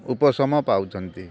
ଉପଶମ ପାଉଛନ୍ତି